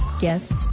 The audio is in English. guests